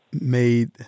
made